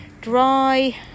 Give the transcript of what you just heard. dry